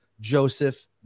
Joseph